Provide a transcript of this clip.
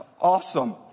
awesome